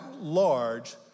large